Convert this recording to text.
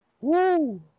Woo